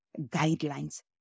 guidelines